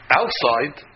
outside